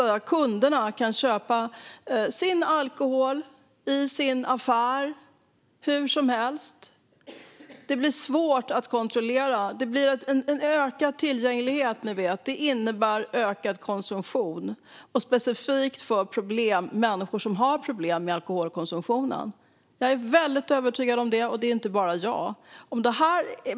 Om kunderna kan köpa sin alkohol i affären hur som helst blir det svårt att kontrollera. Det blir en ökad tillgänglighet, och som ni vet innebär det ökad konsumtion - särskilt för människor som har problem med alkoholkonsumtionen. Jag är helt övertygad om det, och det är inte bara jag som är det.